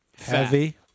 Heavy